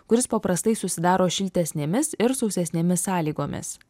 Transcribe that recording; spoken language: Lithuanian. kuris paprastai susidaro šiltesnėmis ir sausesnėmis sąlygomis